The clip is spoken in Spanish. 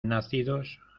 nacidos